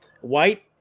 White